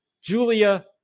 Julia